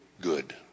good